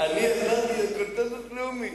קונסנזוס לאומי.